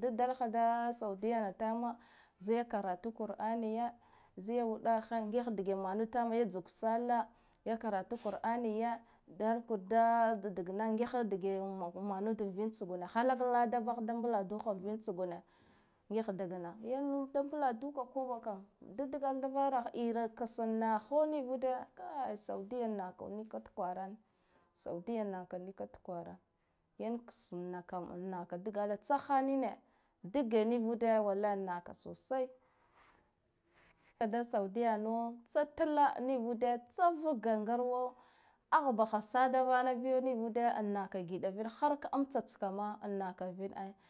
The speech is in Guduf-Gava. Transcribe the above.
da dalaha da saudiyana tama zai yi karatu kuraniya zai wuɗahe ngih dage manud tamma ya jug sallah ya karatu kuraniya dala kurda dagna ngiha dage manuda vin tsugune halak lada bah da mbladuha vin tsugune ngih dagna, yan da mbladuha koɓa kamda dgala da varaha ira kse naho navude kai saudiya nako nika tkwarane saudiya naka nika tkwarane, yan ksna kam naka dagala tsahanine dige nivude wallahi naka sosai, da saudiya no tsa tlla nivude tsa vuge ngarwa ahbaha sa da vana biya nivude an naka giɗa vin harka am tsa tska ma naka vin ai.